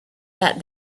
that